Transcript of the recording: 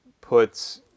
puts